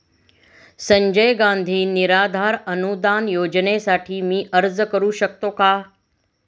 संजय गांधी निराधार अनुदान योजनेसाठी मी अर्ज करू शकतो का?